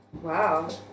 Wow